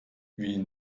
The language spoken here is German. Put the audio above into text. wie